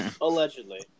Allegedly